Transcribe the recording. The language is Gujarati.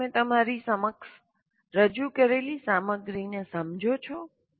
શું તમે તમારી સમક્ષ રજૂ કરેલી સામગ્રીને સમજો છો